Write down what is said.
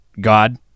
God